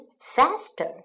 faster